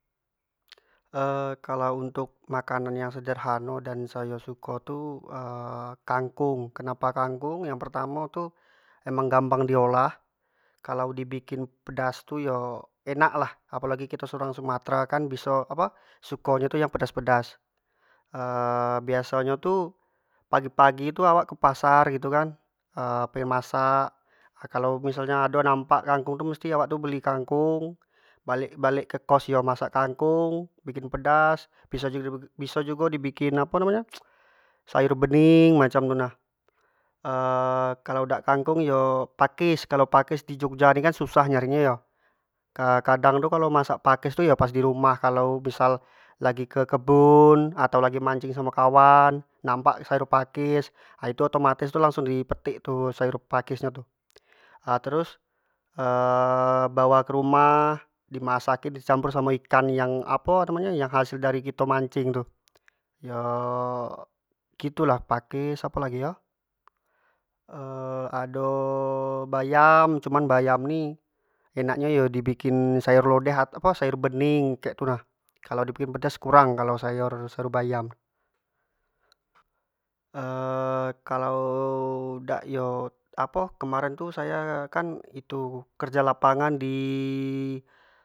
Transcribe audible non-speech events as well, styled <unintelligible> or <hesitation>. <noise> <hesitation> kalau untuk makanan yang sederhano yang sayo suka tu <hesitation> kangkong, kenapa kangkong yang pertamo tu emang kangkong gampang di olah, kalua di bikin pedas tu yo enak lah, apo lagi kito orang sumatera kan biso apo suko nyo tu ynag pedas- pedas <hesitation> biaso nyo tu pagi- pagi awak tu ke pasar gitu kan <hesitation> pergi masak kalua misal nyo ado nampak kangkong tu musti awak beli kangkong, balek- balek ke kost yo masak kangkong bikin pedas, biso jugo- biso jugo di bikin apo namo nyo <noise> sayur bneing macam tu nah <hesitation> kalau dak kangkung yo pakis, kalau pakis di jogja ni kan susah nyari nyo yo, kadang yo kalau masak pakis tu yo pas di rumah kalau misal lagi ke kebun atau lagi mancing samo kawan nampak sayur pakis ha itu otomatis langsung di petik tu sayur pakis nyo tu ha terus <hesitation> bawa ke rumah, di masak in di campur samo ikan yang apo namo nyo yang hasil dari kito mincing tu, yo gitu lah pakis, apo lagi yo <hesitation> ado bayam cuman kalau bayam ni enak nyo yo di bikin sayur lodeh atau sayur bening kek gitu nah kalau di biki pedas sayo kurang kalu sayo sayur bayam <hesitation> kalau yo dak yo <unintelligible> kan kemaren tu sayo apo kerja lapangan di.